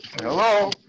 Hello